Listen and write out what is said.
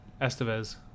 Estevez